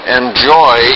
enjoy